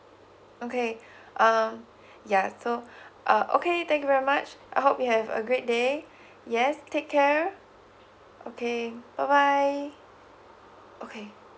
okay um yeuh so uh okay thank you very much I hope you have a great day yes take care okay bye bye okay